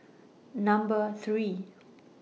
Number three